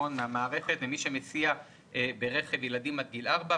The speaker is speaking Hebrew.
ממי שמסיע ילדים עד גיל ארבע,